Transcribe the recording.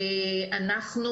אנחנו,